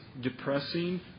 depressing